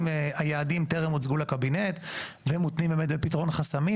היעדים טרם הוצגו לקבינט והם מותנים בפתרון חסמים,